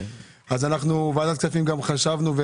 אז אנחנו בוועדת כספים גם חשבנו על זה,